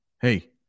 Hey